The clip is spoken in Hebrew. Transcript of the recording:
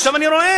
עכשיו אני רואה,